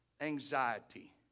Anxiety